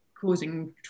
causing